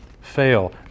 fail